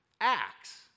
Acts